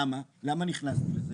למה נכנסתי לזה?